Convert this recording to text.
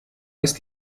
ist